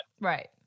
right